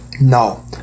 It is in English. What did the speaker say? No